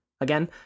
Again